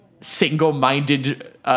single-minded